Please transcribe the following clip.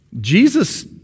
Jesus